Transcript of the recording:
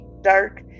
dark